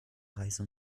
reise